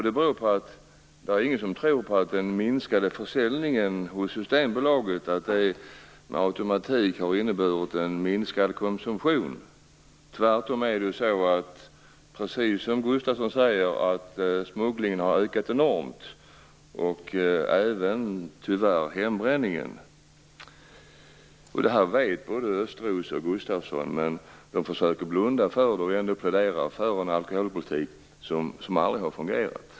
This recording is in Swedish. Det är ingen som tror att den minskade försäljningen hos Systembolaget med automatik har inneburit minskad konsumtion. Tvärtom är det, precis som Gustafsson säger, så att smugglingen har ökat enormt. Detsamma gäller tyvärr hembränningen. Det här vet både Östros och Gustafsson, men de försöker blunda för det och ändå plädera för en alkholpolitik som aldrig har fungerat.